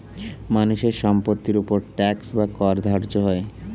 মানুষের সম্পত্তির উপর ট্যাক্স বা কর ধার্য হয়